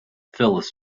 phyllis